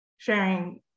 sharing